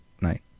night